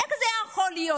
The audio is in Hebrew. איך זה יכול להיות?